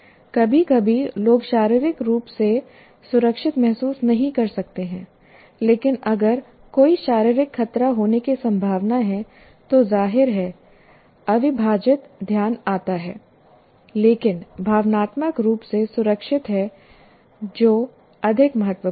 कभी कभी लोग शारीरिक रूप से सुरक्षित महसूस नहीं कर सकते हैं लेकिन अगर कोई शारीरिक खतरा होने की संभावना है तो जाहिर है अविभाजित ध्यान जाता है लेकिन भावनात्मक रूप से सुरक्षित है जो अधिक महत्वपूर्ण है